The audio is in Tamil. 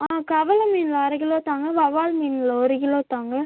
ஆ கவள மீனில் அரை கிலோ தாங்க வவ்வால் மீனில் ஒரு கிலோ தாங்க